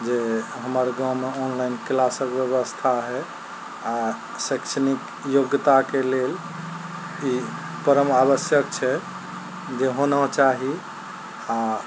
जे हमर गाँवमे ऑनलाइन क्लासक व्यवस्था है आओर शैक्षणिक योग्यताके लेल ई परम आवश्यक छै जे होना चाही आओर